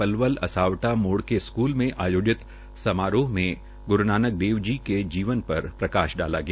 पलवल असावरा मोड़ के के स्कूल में आयोजित समारोह में ग्रू नानक देव जी के जीवन पर प्रकाश डाला गया